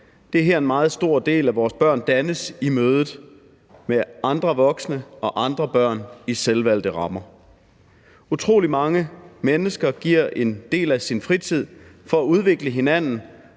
Det er her, en meget stor del af vores børn dannes i mødet med andre voksne og andre børn i selvvalgte rammer. Utrolig mange mennesker giver en del af deres fritid til at udvikle hinanden